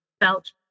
felt